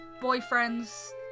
boyfriends